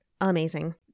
amazing